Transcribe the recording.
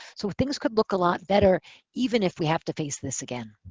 so things could look a lot better even if we have to face this again.